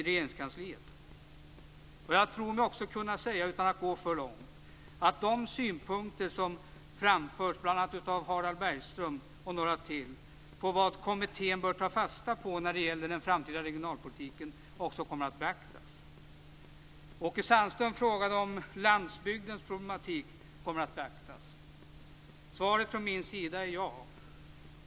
Utan att gå för långt tror jag mig kunna säga att de synpunkter som framförs bl.a. av Harald Bergström på vad kommittén bör ta fasta på när det gäller den framtida regionalpolitiken också kommer att beaktas. Åke Sandström undrade om landsbygdens problematik kommer att beaktas. Svaret från min sida är ja.